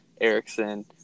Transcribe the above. Erickson